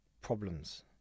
problems